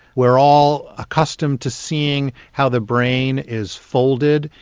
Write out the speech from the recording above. we are all accustomed to seeing how the brain is folded.